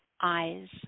eyes